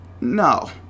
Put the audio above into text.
No